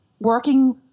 working